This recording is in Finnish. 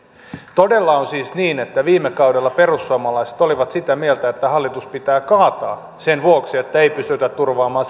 todella on siis niin että viime kaudella perussuomalaiset olivat sitä mieltä että hallitus pitää kaataa sen vuoksi että ei pystytä turvaamaan